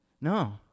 No